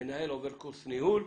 מנהל עובר קורס ניהול,